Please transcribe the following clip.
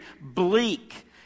bleak